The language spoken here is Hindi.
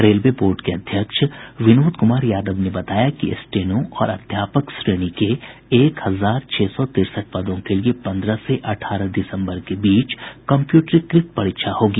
रेलवे बोर्ड के अध्यक्ष विनोद कुमार यादव ने बताया कि स्टेनो और अध्यापक श्रेणी के एक हजार छह सौ तिरसठ पदों के लिए पन्द्रह से अठारह दिसम्बर के बीच कम्प्यूटरीकृत परीक्षा होगी